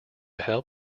help